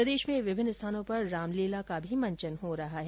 प्रदेश में विभिन्न स्थानों पर रामलीला का भी मंचन हो रहा है